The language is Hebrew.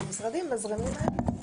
והמשרדים מזרימים להם?